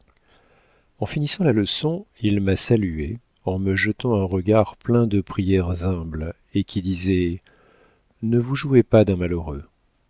en finissant la leçon il m'a saluée en me jetant un regard plein de prières humbles et qui disait ne vous jouez pas d'un malheureux